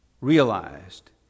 realized